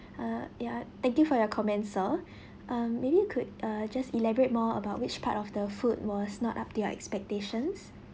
ah ya thank you for your comment sir uh maybe you could uh just elaborate more about which part of the food was not up to your expectations